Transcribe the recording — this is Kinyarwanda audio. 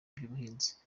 by’ubuhinzi